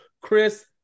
Chris